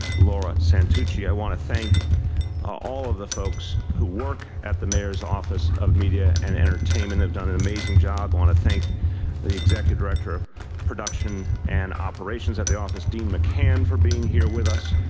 laura santucci. i want to thank all of the folks who work at the mayor's office of media and entertainment. they've done an amazing job. i want to thank the executive director of production and operations at the office, dean mccann for being here with us.